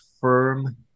firm